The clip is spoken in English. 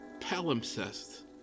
Palimpsest